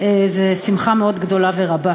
זו שמחה מאוד גדולה ורבה.